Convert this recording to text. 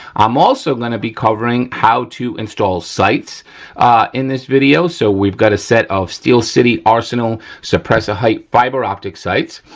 i'm also going to be covering how to install sights in this video. so, we've got a set of steel city arsenal suppressor height fiber optic sights.